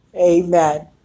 amen